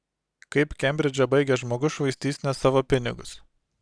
kaip kembridžą baigęs žmogus švaistys ne savo pinigus